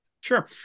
sure